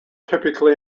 typically